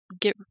get